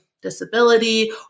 disability